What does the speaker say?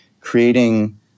creating